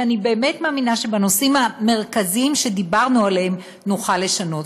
שאני באמת מאמינה שבנושאים המרכזיים שדיברנו עליהם נוכל לשנות.